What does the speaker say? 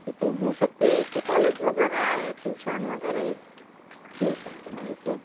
इथे होऊ शकते एस ए कॉलेज वगैरे आहे ट्युशन वगैरे होऊ शकते मग इथे